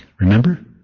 remember